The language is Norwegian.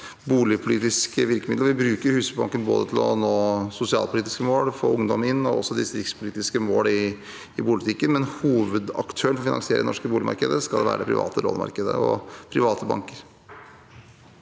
boligpolitisk virkemiddel. Vi bruker Husbanken til å nå både sosialpolitiske mål, som å få ungdom inn, og distriktspolitiske mål i boligpolitikken. Hovedaktøren for å finansiere det norske boligmarkedet skal være det private lånemarkedet og private banker.